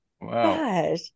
Wow